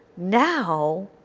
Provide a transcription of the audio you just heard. now,